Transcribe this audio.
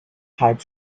had